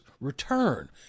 return